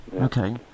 Okay